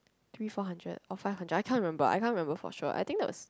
three four hundred or five hundred I cannot remember I cannot remember for sure I think that was